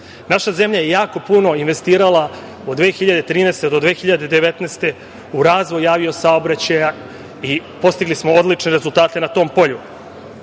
Naša zemlja je jako puno investirala od 2013. do 2019. godine u razvoj avio saobraćaja i postigli smo odlične rezultate na tom polju.